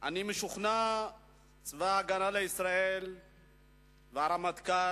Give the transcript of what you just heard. אני משוכנע שצבא-הגנה לישראל והרמטכ"ל